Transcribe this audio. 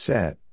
Set